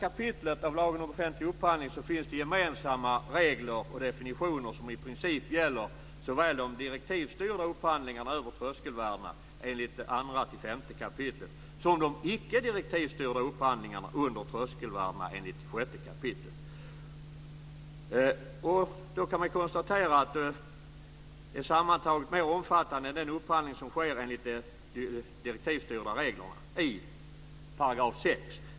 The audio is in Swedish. I 1 kap. lagen om offentlig upphandling finns gemensamma regler och definitioner som i princip gäller för såväl de direktivstyrda upphandlingarna över tröskelvärdena enligt 2-5 kap. som de icke direktivstyrda upphandlingarna under tröskelvärdena enligt 6 kap. Man kan konstatera att upphandlingen enligt 6 kap. sammantaget är mer omfattande än den upphandlidng som sker enligt de direktivstyrda reglerna.